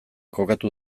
kokatu